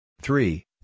Three